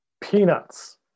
peanuts